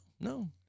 No